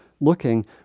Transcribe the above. looking